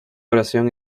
oración